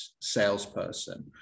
salesperson